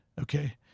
Okay